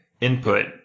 input